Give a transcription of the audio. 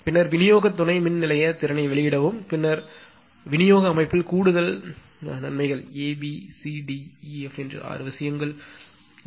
பின்னர் விநியோக துணை மின்நிலைய திறனை வெளியிடவும் பின்னர் விநியோக அமைப்பில் கூடுதல் நன்மைகள் a b c d e f நான்கு ஆறு விஷயங்கள் உள்ளன